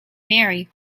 mary